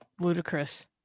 ludicrous